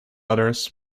others